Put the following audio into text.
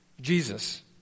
Jesus